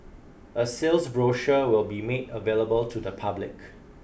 a sales brochure will be made available to the public